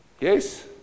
Yes